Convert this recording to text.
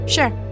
Sure